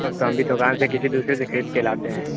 وہ تو ہم بھی دکان سے کسی دوسرے سے خرید کے لاتے ہیں